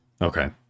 okay